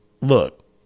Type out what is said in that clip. look